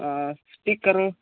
speaker